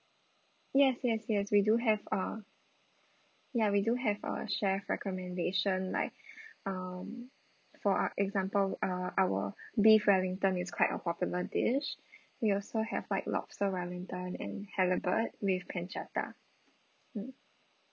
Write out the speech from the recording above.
yes yes yes we do have uh ya we do have a chef recommendation like um for uh example uh our beef wellington is quite a popular dish we also have like lobster wellington and halibut with pancetta mm